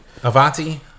Avati